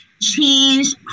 change